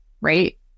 right